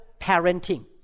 parenting